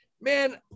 man